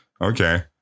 Okay